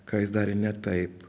ką jis darė ne taip